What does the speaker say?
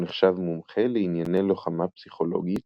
הוא נחשב מומחה לענייני לוחמה פסיכולוגית,